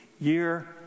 year